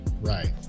right